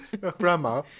grandma